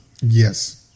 Yes